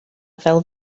fel